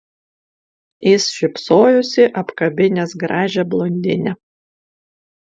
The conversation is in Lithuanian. jis šypsojosi apkabinęs gražią blondinę